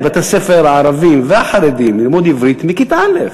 בתי-הספר הערביים והחרדיים ללמוד עברית מכיתה א'.